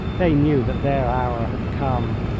they knew that their hour had come.